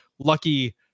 Lucky